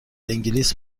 انگلیس